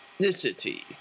ethnicity